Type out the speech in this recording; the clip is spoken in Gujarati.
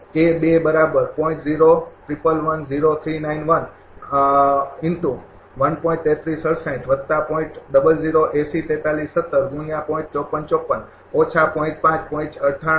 એ જ રીતે તેથીતમે